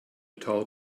tall